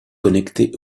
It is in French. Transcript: connecté